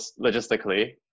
logistically